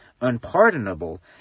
unpardonable